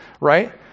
right